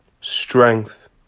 strength